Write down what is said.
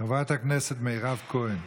חברת הכנסת מירב כהן,